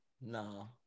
No